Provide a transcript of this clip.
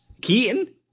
Keaton